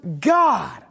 God